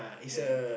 there